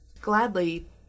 Gladly